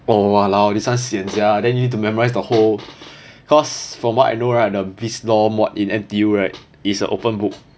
oh !walao! this [one] sian sia then you need to memorize the whole cause from what I know right the biz law mod in N_T_U right is a open book